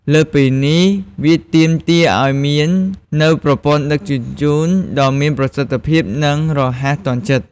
លើសពីនេះ វាទាមទារឲ្យមាននូវប្រព័ន្ធដឹកជញ្ជូនដ៏មានប្រសិទ្ធភាព និងរហ័សទាន់ចិត្ត។